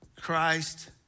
Christ